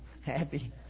Happy